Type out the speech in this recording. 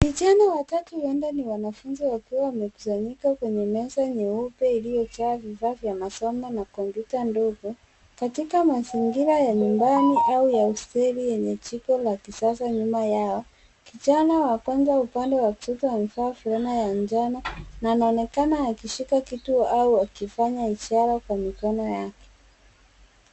Vijana watatu huenda ni wanafunzi wakiwa wamekusanyika kwenye meza nyeupe yaliyojaa vifaa vya masomo na kompyuta ndogo katika mazingira ya nyumbani au ya hosteli enye jiko la kisasa nyuma yao. Kijana wa kwanza upande wa kushoto amevaa fulana ya njano na anaonekana akishika kit au akifanya ishara kwa mikono yake.